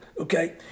okay